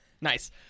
Nice